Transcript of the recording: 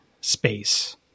space